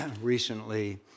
Recently